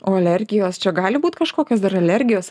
o alergijos čia gali būt kažkokios dar alergijos